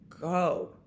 go